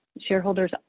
shareholders